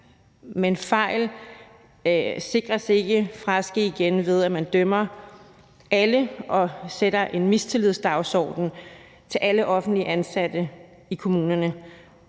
Men det sikres ikke, at fejl ikke sker igen, ved at man dømmer alle og sætter en mistillidsdagsorden i forhold til alle offentligt ansatte i kommunerne.